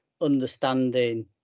understanding